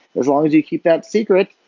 as long as you keep that secret,